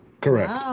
Correct